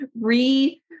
re